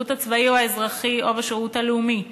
בשירות הצבאי או האזרחי או בשירות הלאומי,